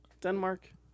Denmark